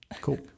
cool